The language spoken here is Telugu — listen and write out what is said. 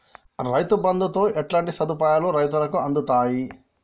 రైతు బంధుతో ఎట్లాంటి సదుపాయాలు రైతులకి అందుతయి?